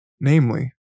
namely